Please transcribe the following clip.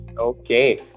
okay